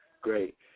great